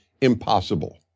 impossible